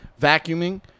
vacuuming